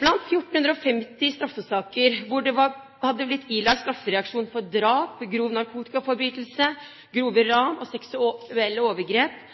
Av 1 450 straffesaker hvor det var blitt ilagt straff for drap, grov narkotikaforbrytelse, grove ran og seksuelle overgrep